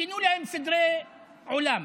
שינו להם סדרי עולם.